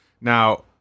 Now